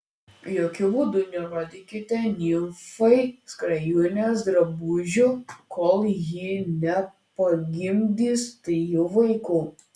jokiu būdu nerodykite nimfai skrajūnės drabužių kol ji nepagimdys trijų vaikų